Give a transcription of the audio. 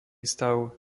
stav